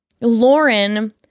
Lauren